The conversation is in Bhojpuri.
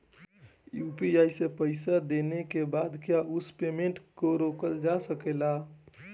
यू.पी.आई से पईसा देने के बाद क्या उस पेमेंट को रोकल जा सकेला?